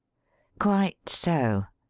quite so,